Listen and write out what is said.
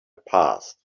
past